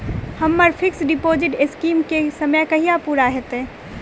हम्मर fix deposit scheme केँ समय कहिया पूरा हैत?